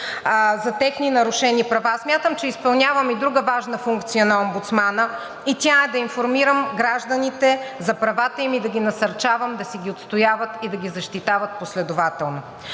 за техни нарушени права, смятам, че изпълнявам и друга важна функция на омбудсмана и тя е да информирам гражданите за правата им и да ги насърчавам да си ги отстояват и да ги защитават последователно.